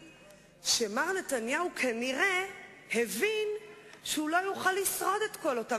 רוב דורסני, האם יכולים היינו לבוא ולומר לאותם